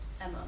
Emma